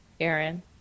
Aaron